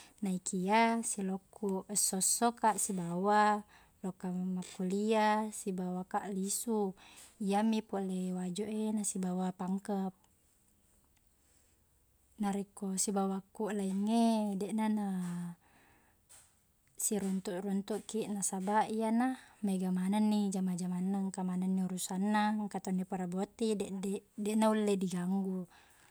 Naikia siloqkuq esso-essoka sibawa loka makkulia sibawaka lisu iyami pole Wajo e nasibawa Pangkep. Narekko sibawaqkuq laing e, deqna na siruntuq-runtuqkiq nasabaq iyena maega manengni jama-jamanna, engka manengni urusanna, engka to ni pura botting, deq- deq- deqna ulle diganggu.